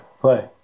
play